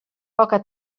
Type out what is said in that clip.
poca